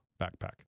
backpack